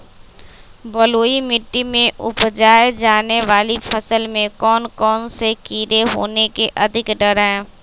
बलुई मिट्टी में उपजाय जाने वाली फसल में कौन कौन से कीड़े होने के अधिक डर हैं?